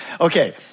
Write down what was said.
Okay